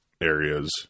areas